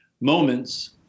moments